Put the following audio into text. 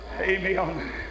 Amen